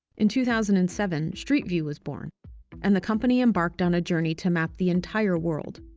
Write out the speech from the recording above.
in two thousand and seven, street view was born and the company embarked on a journey to map the entire world.